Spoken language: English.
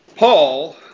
Paul